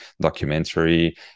documentary